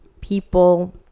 people